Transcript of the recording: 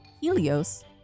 helios